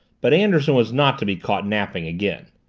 but anderson was not to be caught napping again.